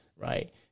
right